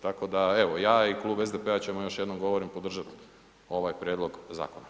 Tako da evo, ja i Klub SDP-a ćemo još jednom govorim podržat ovaj prijedlog zakona.